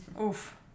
Oof